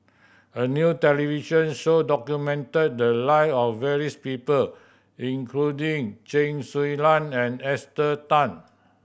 a new television show documented the live of various people including Chen Su Lan and Esther Tan